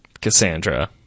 Cassandra